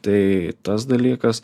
tai tas dalykas